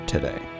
today